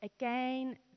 again